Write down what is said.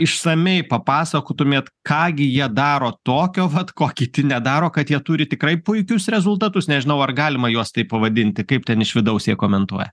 išsamiai papasakotumėt ką gi jie daro tokio vat ko kiti nedaro kad jie turi tikrai puikius rezultatus nežinau ar galima juos taip pavadinti kaip ten iš vidaus jie komentuoja